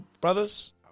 brothers